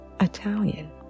Italian